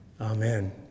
Amen